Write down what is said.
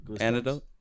Antidote